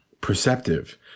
perceptive